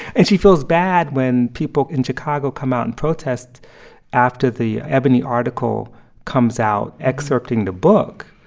and she feels bad when people in chicago come out and protest after the ebony article comes out excerpting the book.